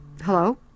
Hello